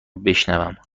بشنوم